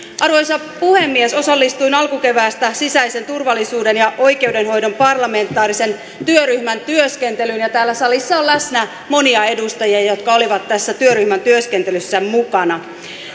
arvoisa puhemies osallistuin alkukeväästä sisäisen turvallisuuden ja oikeudenhoidon parlamentaarisen työryhmän työskentelyyn ja täällä salissa on läsnä monia edustajia jotka olivat tässä työryhmän työskentelyssä mukana